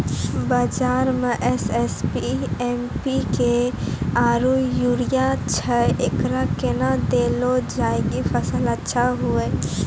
बाजार मे SSP, MPK आरु यूरिया छैय, एकरा कैना देलल जाय कि फसल अच्छा हुये?